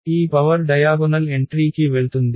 ఈ power diagonal entry కి వెళ్తుంది